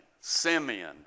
Simeon